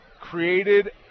created